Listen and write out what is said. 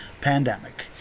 pandemic